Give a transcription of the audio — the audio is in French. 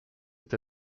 est